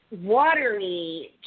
watery